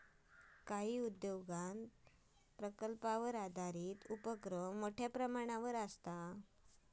काही उद्योगांत प्रकल्प आधारित उपोक्रम मोठ्यो प्रमाणावर आसता